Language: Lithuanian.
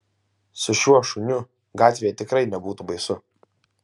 su šiuo šuniu gatvėje tikrai nebūtų baisu